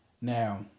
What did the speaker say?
Now